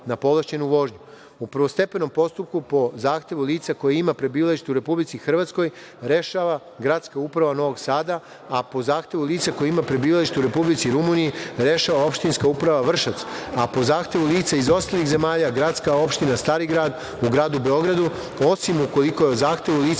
na povlašćenu vožnju.U prvostepenom postupku po zahtevu lica koje ima prebivalište u Republici Hrvatskoj rešava gradska uprava Novog Sada, a po zahtevu lica koje ima prebivalište u Republici Rumuniji rešava opštinska uprava Vršac, a po zahtevu lica iz ostalih zemalja, gradska opština Stari Grad u gradu Beogradu, osim ukoliko je o zahtevu lica